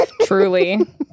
Truly